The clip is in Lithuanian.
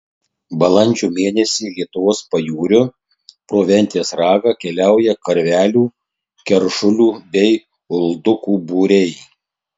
balandžio mėnesį lietuvos pajūriu pro ventės ragą keliauja karvelių keršulių bei uldukų būriai